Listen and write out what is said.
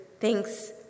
thanks